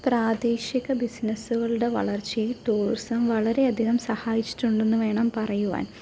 പ്രാദേശിക ബിസിനസ്സുകളുടെ വളർച്ചയെ ടൂറിസം വളരെ അധികം സഹായിച്ചിട്ടുണ്ടെന്ന് വേണം പറയുവാൻ